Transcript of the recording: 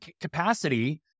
capacity